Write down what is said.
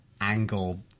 angle